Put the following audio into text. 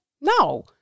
No